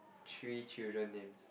three children names